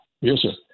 Yes